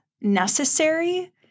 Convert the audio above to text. necessary